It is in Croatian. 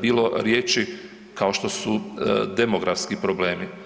bilo riječi kao što su demografski problemi.